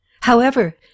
However